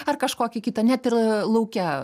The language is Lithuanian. ar kažkokį kitą net ir lauke